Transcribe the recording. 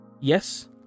yes